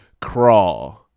Crawl